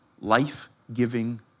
life-giving